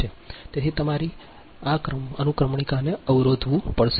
તેથી તમારે તમારા અનુક્રમણિકાને અવરોધવું પડશે